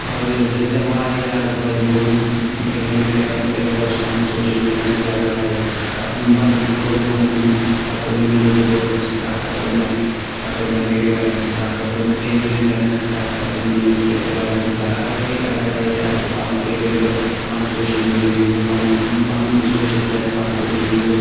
فٲیدٕ زِ زِ واریاہ زیادٕ فٲیدٕ ووت تِکیازِ مےٚ کرِو مےٚ کرِو گۄڈٕ سُہ پںٛںٕس سوشَل میٖڈیاہَس منٛز اٮ۪ڈوَٹایز پَتہٕ پَتہٕ کوٚر مےٚ ہُہ مَن پَتہٕ کوٚر مےٚ نِوٕز رِپوٹَرَن سۭتۍ کَتھ پَتہٕ کوٚر مےٚ پَتہٕ کوٚر مےٚ ریڈیو والین سۭتۍ کَتھ پَتہٕ کوٚر مےٚ ٹیلی وجن والین سۭتۍ کَتھ پَتہٕ کوٚر مےٚ نِوٕز پیپَر والٮ۪ن سۭتۍ کَتھ اگر تۄہہِ اٮ۪ڈوَٹایز آسیو کَرُن تُہۍ کَرِو گۄڈٕ پَنُن سوشَل میٖڈیا یوٗز پَنُن پَنُن سوشَل پلیٹ فارٕم کَرو تُہۍ یوٗز